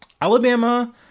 Alabama